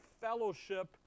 fellowship